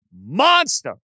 monster